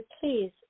please